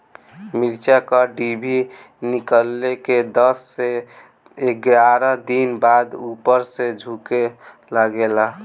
मिरचा क डिभी निकलले के दस से एग्यारह दिन बाद उपर से झुके लागेला?